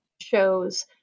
shows